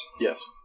Yes